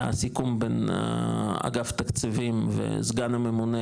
הסיכום בין האגף תקציבים וסגן הממונה,